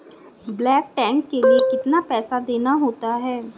Bulk tank के लिए कितना पैसा देना होता है?